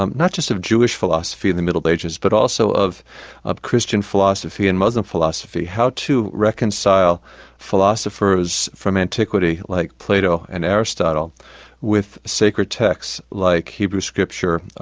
um not just of jewish philosophy in the middle ages, but also of of christian philosophy and muslim philosophy. how to reconcile philosophers from antiquity like plato and aristotle with sacred texts like hebrew scripture,